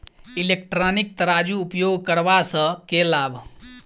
Electronic तराजू उपयोग करबा सऽ केँ लाभ?